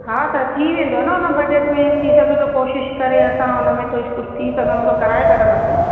हा त थी वेंदो न हुन बज़ट में थी सघो त कोशिशि करे असां हुन में थी कुझु थी सघंदो त कराए सघंदासि